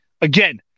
again